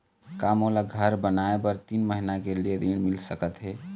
का मोला घर बनाए बर तीन महीना के लिए ऋण मिल सकत हे?